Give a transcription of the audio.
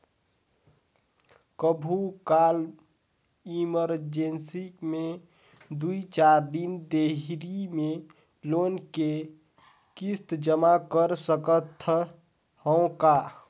कभू काल इमरजेंसी मे दुई चार दिन देरी मे लोन के किस्त जमा कर सकत हवं का?